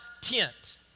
tent